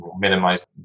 minimize